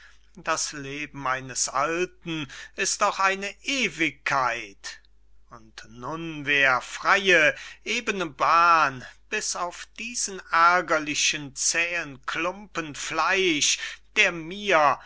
das leben eines alten ist doch eine ewigkeit und nun wär freye ebene bahn bis auf diesen ärgerlichen zähen klumpen fleisch der mir